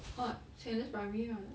orh saint hilda's primary [what]